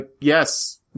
Yes